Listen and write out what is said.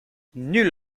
nul